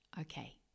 Okay